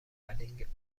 ولینگتون